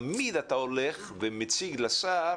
תמיד אתה הולך ומציג לשר,